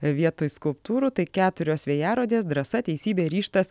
vietoj skulptūrų tai keturios vėjarodės drąsa teisybė ryžtas